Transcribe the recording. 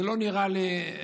זה לא נראה לי הגיוני.